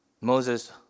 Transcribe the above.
Moses